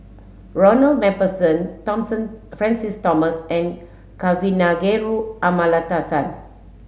Ronald MacPherson Francis Thomas and Kavignareru Amallathasan